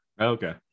Okay